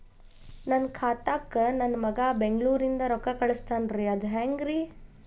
ನನ್ನ ಖಾತಾಕ್ಕ ನನ್ನ ಮಗಾ ಬೆಂಗಳೂರನಿಂದ ರೊಕ್ಕ ಕಳಸ್ತಾನ್ರಿ ಅದ ಹೆಂಗ್ರಿ?